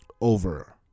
over